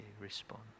Respond